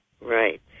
Right